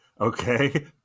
okay